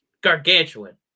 gargantuan